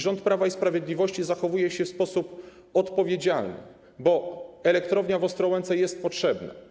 Rząd Prawa i Sprawiedliwości zachowuje się w sposób odpowiedzialny, bo elektrownia w Ostrołęce jest potrzebna.